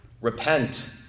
Repent